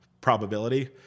probability